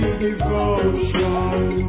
devotion